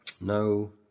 no